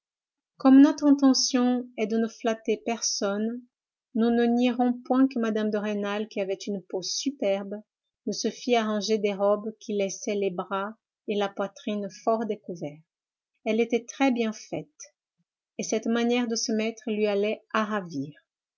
comme notre intention est de ne flatter personne nous ne nierons point que mme de rênal qui avait une peau superbe ne se fît arranger des robes qui laissaient les bras et la poitrine fort découverts elle était très bien faite et cette manière de se mettre lui allait à ravir